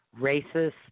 racist